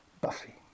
Buffy